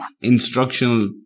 instructional